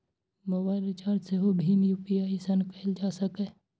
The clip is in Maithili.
मोबाइल रिचार्ज सेहो भीम यू.पी.आई सं कैल जा सकैए